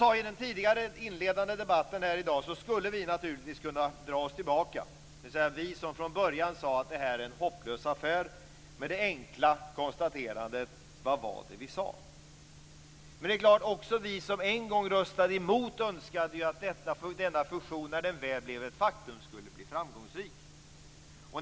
Som jag framhöll i den inledande debatten här i dag skulle vi som från början sade att det här är en hopplös affär naturligtvis kunna dra oss tillbaka med det enkla konstaterandet: Vad var det vi sade? Men det är klart att också vi som en gång röstade emot denna fusion önskade att den när den väl blev ett faktum skulle bli framgångsrik.